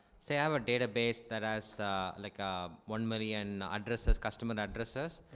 say i have a database that has like um one million addresses, customer addresses.